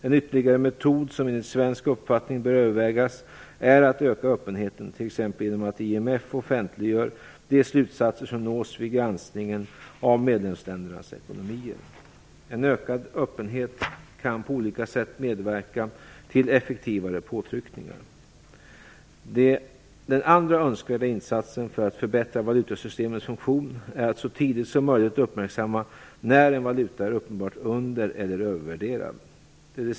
En ytterligare metod som enligt svensk uppfattning bör övervägas är att öka öppenheten, t.ex. genom att IMF offentliggör de slutsatser som nås vid granskningen av medlemsländernas ekonomier. En ökad öppenhet kan på olika sätt medverka till effektivare påtryckningar. Den andra önskvärda insatsen för att förbättra valutasystemets funktion är att så tidigt som möjligt uppmärksamma när en valuta är uppenbart undereller övervärderad.